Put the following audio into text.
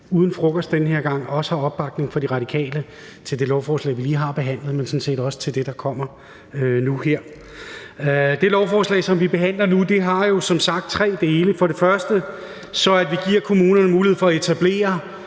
uden frokost, også har opbakning fra De Radikale til det lovforslag, vi lige har behandlet, og sådan set også til det, vi skal behandle nu her. Det lovforslag, som vi behandler nu, har jo som sagt tre dele. For det første giver vi kommunerne mulighed for at etablere